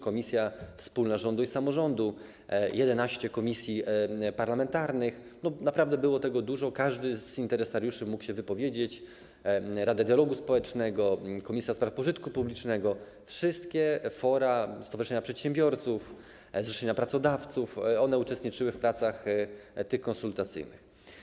Komisja Wspólna Rządu i Samorządu Terytorialnego, 11 komisji parlamentarnych, naprawdę było tego dużo, każdy z interesariuszy mógł się wypowiedzieć, Rada Dialogu Społecznego, komisja do spraw pożytku publicznego, wszystkie fora, stowarzyszenia przedsiębiorców, zrzeszenia pracodawców uczestniczyły w tych pracach konsultacyjnych.